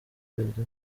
perezida